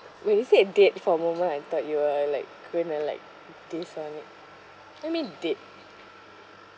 when you said dead for a moment I thought you are like going to like dis~ on it what do you mean dead